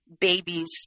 babies